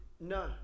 No